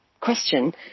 question